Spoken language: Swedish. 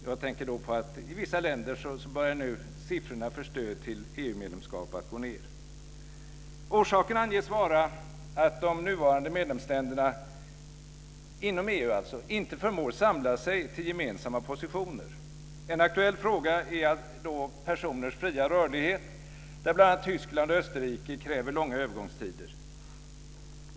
Jag tänker då på att siffrorna för stöd till EU-medlemskap i vissa länder börjar gå ned. Orsaken anges vara att de nuvarande medlemsländerna, länderna inom EU alltså, inte förmår samla sig till gemensamma positioner. En aktuell fråga är personers fria rörlighet, där bl.a. Tyskland och Österrike kräver långa övergångstider.